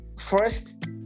first